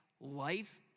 life